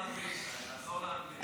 לחזור לאנגלית.